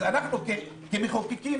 אנחנו כמחוקקים,